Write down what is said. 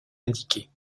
indiquées